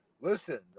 listen